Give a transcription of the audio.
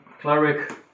Cleric